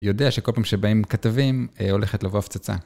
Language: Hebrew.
היא יודע שכל פעם שבאים כתבים הולכת לבוא הפצצה.